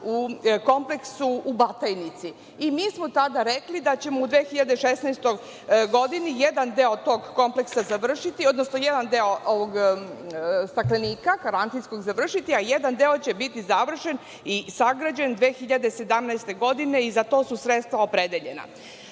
u kompleksu u Batajnici. Mi smo tada rekli da ćemo u 2016. godini jedan deo tog kompleksa završiti, odnosno jedan deo karantinskog staklenika, završiti, a jedan deo će biti završen i sagrađen 2017. godine i za to su sredstva opredeljena. Pomenuli